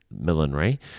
millinery